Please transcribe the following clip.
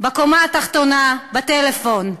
בקומה התחתונה בטלפון.